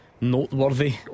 noteworthy